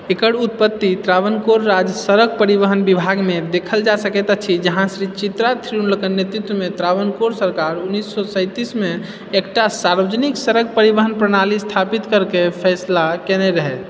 एकर उत्पत्ति त्रावणकोर राज्य सड़क परिवहन विभागमे देखल जा सकैत अछि जहन श्री चित्रा थिरुन्नलक नेतृत्वमे त्रावणकोर सरकार उन्नैस सए सैंतीसमे एकटा सार्वजनिक सड़क परिवहन प्रणाली स्थापित करैक फैसला केने रहै